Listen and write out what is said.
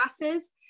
classes